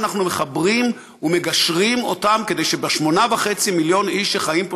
אנחנו מחברים ומגשרים אותם כדי שב-8.5 מיליון שחיים פה,